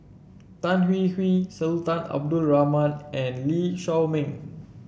Tan Hwee Hwee Sultan Abdul Rahman and Lee Shao Meng